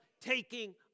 taking